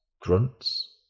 Grunts